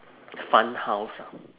fun house ah